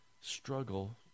struggle